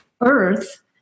earth